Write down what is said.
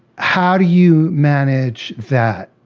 how do you manage that?